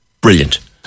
brilliant